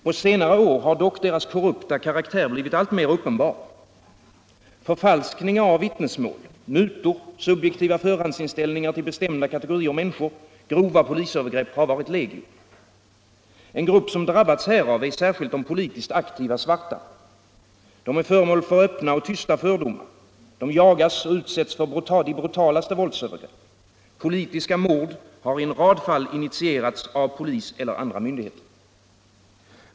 På senare år har dock deras korrupta karaktär blivit alltmer uppenbar. Förfalskningar av vittnesmål, mutor, subjektiva förhandsinställningar till bestämda kategorier människor och grova polisövergrepp har varit legio. En grupp som särskilt drabbats härav är de politiskt aktiva svarta. De är föremål för öppna och tysta fördomar. De jagas och utsätts för de brutalaste våldsövergrepp. Politiska mord har i en rad fall initierats av polis eller andra myndigheter.